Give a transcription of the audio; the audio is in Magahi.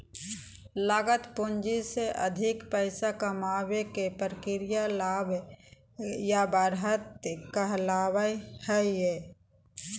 लागत पूंजी से अधिक पैसा कमाबे के प्रक्रिया लाभ या बढ़त कहलावय हय